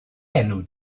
enw